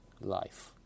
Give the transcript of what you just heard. life